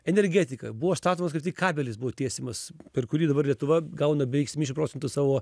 energetika buvo statomas kaip tik kabelis buvo tiesiamas per kurį dabar lietuva gauna beveik septyniasdešim procentų savo